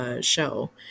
show